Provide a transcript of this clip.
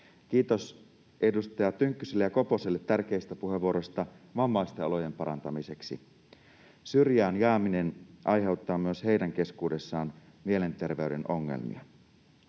Kiitos edustaja Tynkkyselle ja edustaja Koposelle tärkeistä puheenvuoroista vammaisten olojen parantamiseksi — syrjään jääminen aiheuttaa myös heidän keskuudessaan mielenterveyden ongelmia.